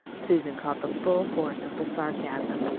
susan caught the full force of the sarcasm,